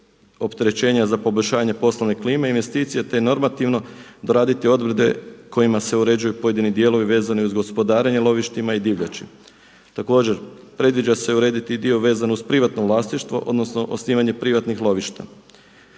za poboljšanje poslovne klime investicija te normativno doraditi odredbe kojima se uređuju pojedini dijelovi vezani uz gospodarenje lovištima i divljači. Također, predviđa se urediti i dio vezan uz privatno vlasništvo odnosno osnivanje privatnih lovišta.